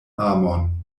amon